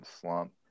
slump